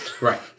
Right